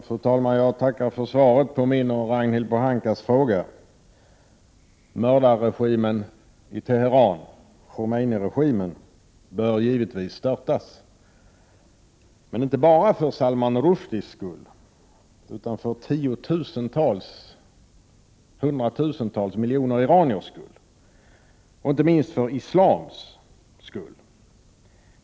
Fru talman! Jag tackar för svaret på min och Ragnhild Pohankas fråga. Mördarregimen i Teheran, Khomeiniregimen, bör givetvis störtas, men inte bara för Salman Rushdies skull, utan för tiotusentals, hundratusentals miljoner iraniers skull och inte minst för islams skull.